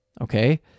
Okay